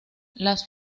las